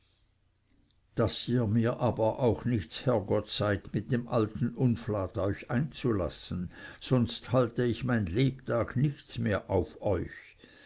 daß ihr mir aber auch nicht ds herrgotts seid mit dem alten unflat euch einzulassen sonst halte ich mein lebtag nichts mehr auf euch